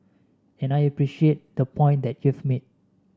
and I appreciate the point that you've made